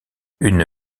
une